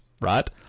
right